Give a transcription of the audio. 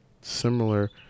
Similar